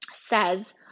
says